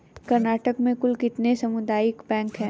कर्नाटक में कुल कितने सामुदायिक बैंक है